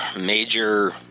major